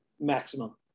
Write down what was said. maximum